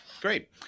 Great